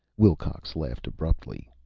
wilcox laughed abruptly.